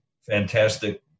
fantastic